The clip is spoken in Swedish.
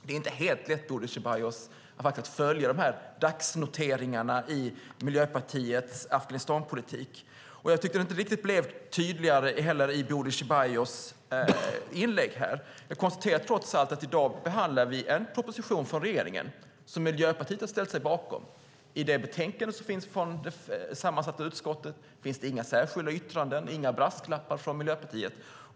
Det är inte helt lätt, Bodil Ceballos, att följa dagsnoteringarna i Miljöpartiets Afghanistanpolitik. Jag tycker inte heller att det blev tydligare i Bodil Ceballos inlägg. Jag konstaterar att vi i dag behandlar en proposition från regeringen som Miljöpartiet har ställt sig bakom. I det betänkande som finns från det sammansatta utskottet finns det inga särskilda yttranden och inga brasklappar från Miljöpartiet.